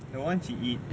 the [one] she eat